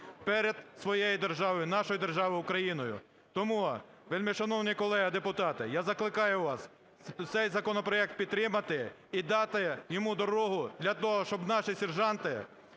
перед своєї державою, нашою державою - Україною. Тому, вельмишановні народні депутати, я закликаю вас цей законопроект підтримати і дати йому дорогу для того, щоб наші сержанти